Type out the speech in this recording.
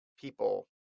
people